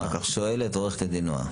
שואלת עורכת דין נעה,